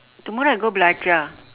tomorrow I go belajar